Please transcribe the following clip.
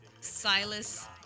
Silas